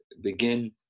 begin